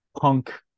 punk